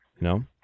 No